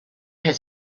had